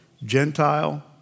Gentile